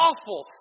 Awful